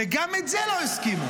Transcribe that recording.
וגם את זה לא הסכימו,